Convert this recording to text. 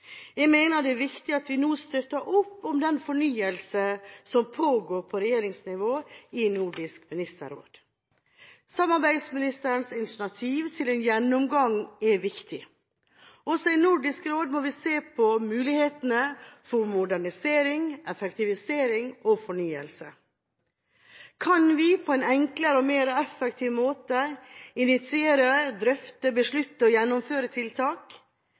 Jeg mener det er viktig at vi nå støtter opp om den fornyelsen som pågår på regjeringsnivå, i Nordisk ministerråd. Samarbeidsministrenes initiativ til en gjennomgang er viktig. Også i Nordisk råd må vi se på mulighetene for modernisering, effektivisering og fornyelse. Kan vi på en enklere og mer effektiv måte initiere, drøfte, beslutte og gjennomføre tiltak?